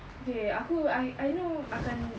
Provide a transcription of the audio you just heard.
okay aku I I know akan